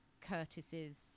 curtis's